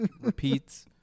Repeats